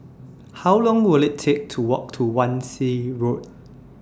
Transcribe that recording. How Long Will IT Take to Walk to Wan Shih Road